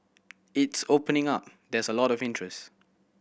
it's opening up there's lot of interest